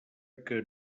que